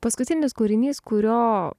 paskutinis kūrinys kurio